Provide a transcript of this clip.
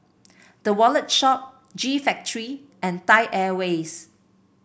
The Wallet Shop G Factory and Thai Airways